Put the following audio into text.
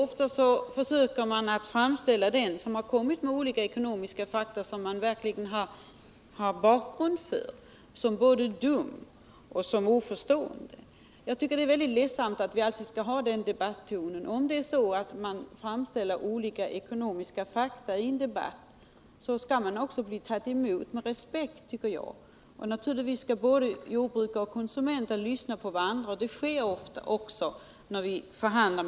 Man försöker framställa den som kommit med olika ekonomiska fakta, vilka det verkligen finns underlag för, såsom både dum och oförstående. Jag tycker det är väldigt ledsamt att vi alltid skall ha den debattonen. Om det är så att man framlägger olika ekonomiska fakta i en debatt skall man också bli mottagen med respekt, tycker jag. Naturligtvis skall både jordbrukare och konsumenter lyssna på varandra, och det sker också ofta när vi förhandlar.